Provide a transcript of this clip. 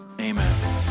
amen